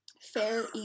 Fair